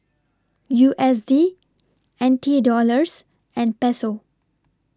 U S D N T Dollars and Peso